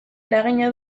eragina